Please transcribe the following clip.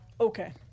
okay